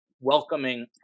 welcoming